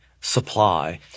supply